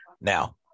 Now